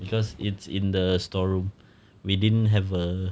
cause it's in the storeroom we didn't have a